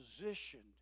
positioned